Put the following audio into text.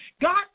God